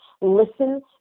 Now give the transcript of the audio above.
listen